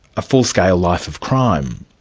a full-scale life of crime.